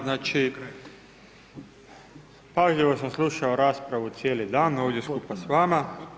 Znači, pažljivo sam slušao raspravu cijeli dan, ovdje skupa s vama.